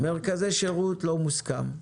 מרכזי שירות לא מוסכם,